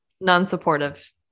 Non-supportive